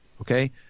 Okay